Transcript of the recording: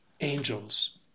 angels